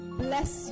bless